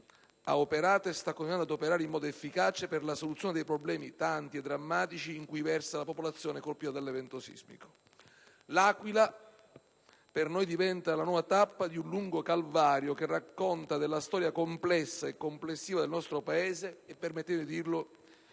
ha operato e sta continuando ad operare in modo efficace per la soluzione dei problemi, tanti e drammatici, in cui versa la popolazione colpita dall'evento sismico. L'Aquila per noi diventa la nuova tappa di un lungo calvario che racconta della storia complessa e complessiva del nostro Paese e, permettetemi di dirlo,